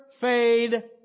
fade